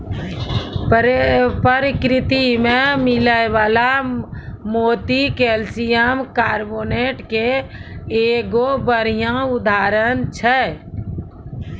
परकिरति में मिलै वला मोती कैलसियम कारबोनेट के एगो बढ़िया उदाहरण छै